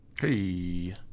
Hey